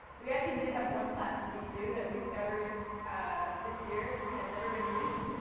we actually did have one class in v two that we discovered this year had never been used.